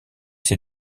ses